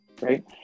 right